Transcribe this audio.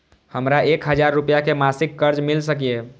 हमरा एक हजार रुपया के मासिक कर्ज मिल सकिय?